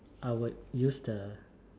I would use the